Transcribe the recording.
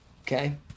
okay